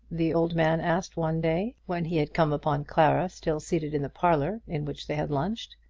the old man asked one day, when he had come upon clara still seated in the parlour in which they had lunched.